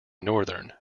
northern